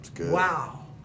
Wow